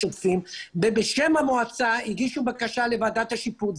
ובשם המועצה הגישו בקשה לוועדת השיפוט,